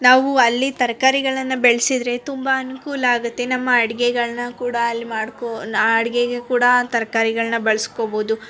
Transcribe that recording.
ನಾವು ಅಲ್ಲಿ ತರ್ಕಾರಿಗಳನ್ನು ಬೆಳೆಸಿದ್ರೆ ತುಂಬ ಅನುಕೂಲ ಆಗುತ್ತೆ ನಮ್ಮ ಅಡುಗೆಗಳ್ನ ಕೂಡ ಅಲ್ಲಿ ಮಾಡಿಕೋ ನ ಅಡುಗೆಗೆ ಕೂಡ ತರ್ಕಾರಿಗಳನ್ನ ಬಳಸ್ಕೊಬೋದು